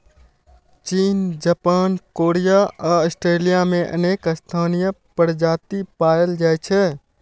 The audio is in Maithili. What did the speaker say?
चीन, जापान, कोरिया आ ऑस्ट्रेलिया मे अनेक स्थानीय प्रजाति पाएल जाइ छै